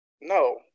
No